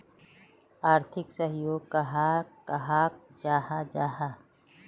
आर्थिक सहयोग कहाक कहाल जाहा जाहा?